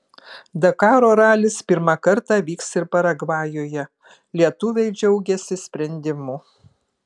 dakaro ralis pirmą kartą vyks ir paragvajuje lietuviai džiaugiasi sprendimu